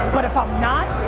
but if i'm not,